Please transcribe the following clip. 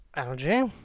algy,